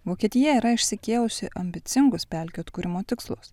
vokietija yra išsikėlusi ambicingus pelkių atkūrimo tikslus